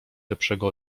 lepszego